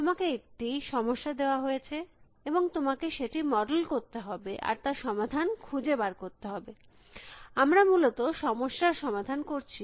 তোমাকে একটি সমস্যা দেওয়া হয়েছে এবং তোমাকে সেটি মডেল করতে হবে আর তার সমাধান খুঁজে বার করতে হবে আমরা মূলত সমস্যার সমাধান করছি